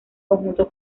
conjunto